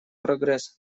прогресс